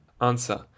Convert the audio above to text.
Answer